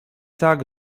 tak